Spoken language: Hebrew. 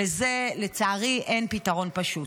לזה, לצערי, אין פתרון פשוט.